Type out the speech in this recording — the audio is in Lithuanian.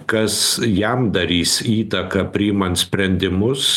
kas jam darys įtaką priimant sprendimus